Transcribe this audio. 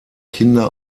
kinder